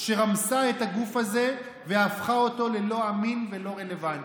שרמסה את הגוף הזה והפכה אותו ללא אמין ולא רלוונטי.